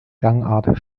gangart